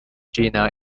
gina